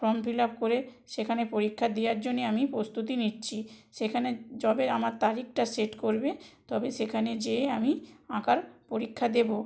form fill up করে সেখানে পরীক্ষা দেওয়ার জন্যে আমি প্রস্তুতি নিচ্ছি সেখানে যবে আমার তারিখটা সেট করবে তবে সেখানে যেয়ে আমি আঁকার পরীক্ষা দেবো